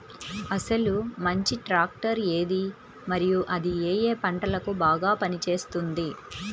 అసలు మంచి ట్రాక్టర్ ఏది మరియు అది ఏ ఏ పంటలకు బాగా పని చేస్తుంది?